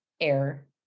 air